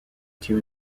two